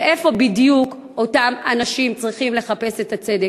ואיפה בדיוק אותם אנשים צריכים לחפש את הצדק?